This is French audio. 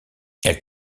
elle